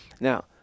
Now